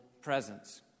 presence